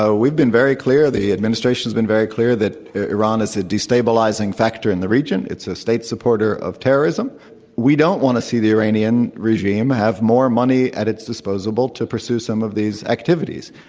ah we've been very clear, the administration has been very clear that iran is a destabilizing factor in the region. it's a state supporter of terrorism, and we don't want to see the iranian regime have more money at its disposable to pursue some of these activities.